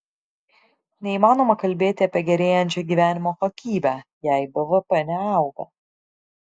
neįmanoma kalbėti apie gerėjančią gyvenimo kokybę jei bvp neauga